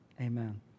Amen